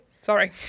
sorry